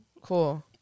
Cool